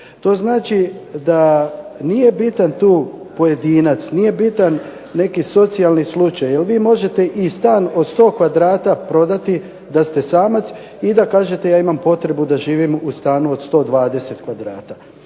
To znači da nije bitan tu pojedinac, nije bitan neki socijalni slučaj. Jer vi možete i stan od 100 kvadrata prodati da ste samac i da kažete ja imam potrebu da živim u stanu od 120 kvadrata.